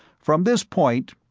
from this point,